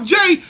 Jay